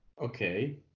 Okay